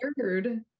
third